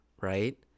right